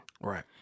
right